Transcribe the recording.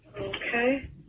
Okay